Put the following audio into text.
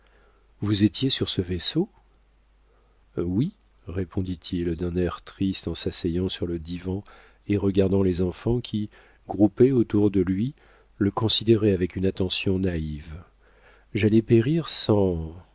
vous étiez sur ce vaisseau oui répondit-il d'un air triste en s'asseyant sur le divan et regardant les enfants qui groupés autour de lui le considéraient avec une attention naïve j'allais périr sans